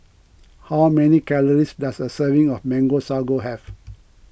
how many calories does a serving of Mango Sago have